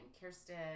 Kirsten